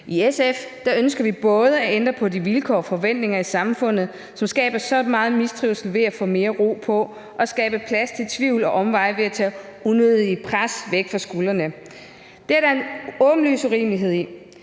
I SF ønsker vi både at ændre på de vilkår og forventninger i samfundet, som skaber så meget mistrivsel, ved at få mere ro på og skabe plads til tvivl og omveje ved at tage unødig pres fra deres skuldre. Der er en åbenlys urimelighed